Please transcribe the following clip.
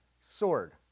sword